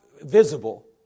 Visible